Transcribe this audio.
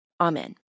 Amen